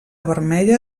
vermella